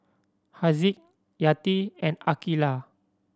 Haziq Yati and Aqeelah